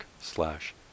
slash